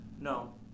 No